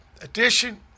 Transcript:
edition